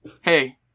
Hey